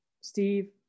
Steve